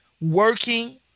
working